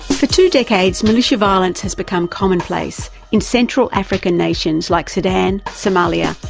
for two decades militia violence has become commonplace in central african nations like sudan, somalia,